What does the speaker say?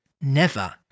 Never